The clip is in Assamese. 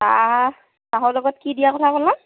চাহ চাহৰ লগত কি দিয়া ক'লা